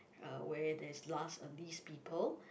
uh where there's last uh least people